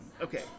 Okay